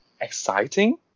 exciting